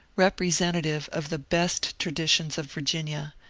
repre sentative of the best traditions of virginia,